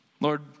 Lord